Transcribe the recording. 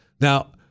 Now